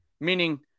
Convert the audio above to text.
Meaning